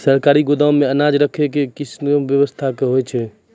सरकारी गोदाम मे अनाज राखै के कैसनौ वयवस्था होय छै?